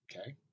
okay